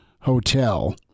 Hotel